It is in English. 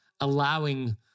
allowing